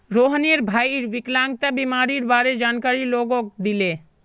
रोहनेर भईर विकलांगता बीमारीर बारे जानकारी लोगक दीले